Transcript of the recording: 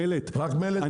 רק מלט?